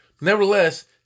Nevertheless